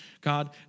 God